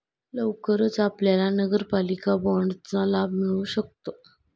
लवकरच आपल्याला नगरपालिका बाँडचा लाभ मिळू शकतो